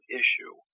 issue